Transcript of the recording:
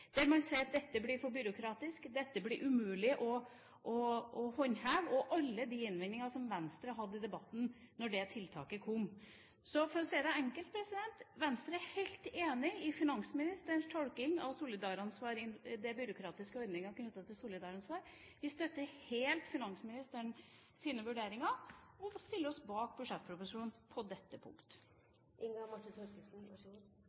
der man sier at dette blir for byråkratisk, dette blir umulig å håndheve – alle innvendingene som Venstre hadde i debatten da det kom. Så for å si det enkelt: Venstre er helt enig i finansministerens tolkning av den byråkratiske ordningen knyttet til solidaransvar. Vi støtter helt finansministerens vurderinger, og stiller oss bak budsjettproposisjonen på dette